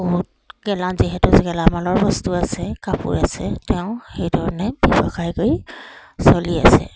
বহুত গেলা যিহেতু গেলামালৰ বস্তু আছে কাপোৰ আছে তেওঁ সেইধৰণে ব্যৱসায় কৰি চলি আছে